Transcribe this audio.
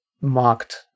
marked